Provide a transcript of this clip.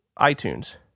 iTunes